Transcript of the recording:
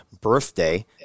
birthday